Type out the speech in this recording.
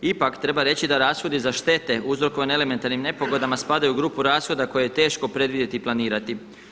Ipak treba reći da rashodi za štete uzrokovane elementarnim nepogodama spadaju u grupu rashoda koje je teško predvidjeti i planirati.